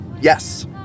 Yes